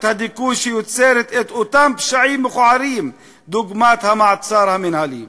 הדיכוי שיוצרת את אותם פשעים מכוערים דוגמת המעצר המינהלי.